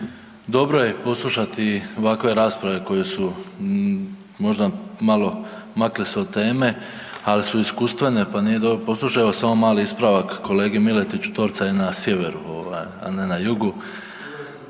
Dobro je poslušati ovakve rasprave koje su možda malo makle se od teme, al su iskustvene, pa nije dobro, poslušaj evo samo mali ispravak kolegi Miletiću Torca je na sjeveru ovaj, a ne na jugu